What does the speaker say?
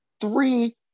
three